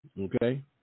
Okay